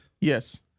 Yes